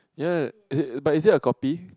ya uh but is it a copy